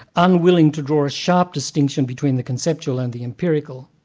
unwilling to draw a sharp distinction between the conceptual and the empirical,